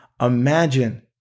Imagine